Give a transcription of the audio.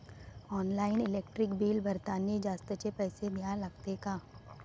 Online electric bill भरतानी जास्तचे पैसे द्या लागते का?